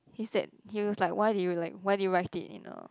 he said he was like why did you like why did you write it in a